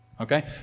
Okay